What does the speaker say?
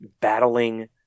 battling